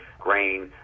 grain